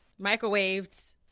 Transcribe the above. microwaved